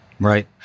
Right